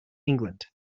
england